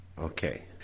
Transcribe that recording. Okay